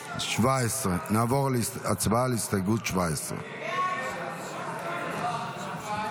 17. 17. נעבור להצבעה על הסתייגות 17. הסתייגות 17 לא נתקבלה.